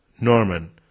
Norman